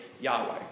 Yahweh